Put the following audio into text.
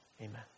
Amen